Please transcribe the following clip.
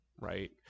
right